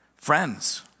Friends